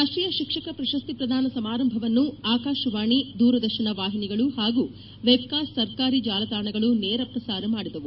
ರಾಷ್ಟೀಯ ಶಿಕ್ಷಕ ಪ್ರಶಸ್ತಿ ಪ್ರದಾನ ಸಮಾರಂಭವನ್ನು ಆಕಾಶವಾಣಿ ದೂರದರ್ಶನ ವಾಹಿನಿಗಳು ಹಾಗೂ ವೆಬ್ಕಾಸ್ಟ್ ಸರ್ಕಾರಿ ಜಾಲತಾಣಗಳು ನೇರ ಪ್ರಸಾರ ಮಾಡಿದವು